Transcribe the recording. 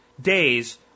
days